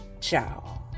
Ciao